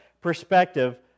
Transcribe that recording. perspective